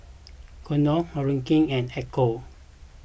Konnor Horacio and Echo